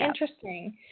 interesting